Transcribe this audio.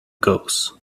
goes